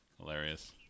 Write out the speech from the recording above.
Hilarious